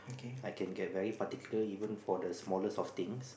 I can get very particular even for the smallest of things